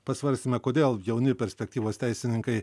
pasvarstėme kodėl jauni perspektyvūs teisininkai